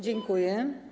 Dziękuję.